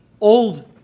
Old